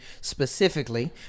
specifically